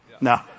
No